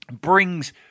brings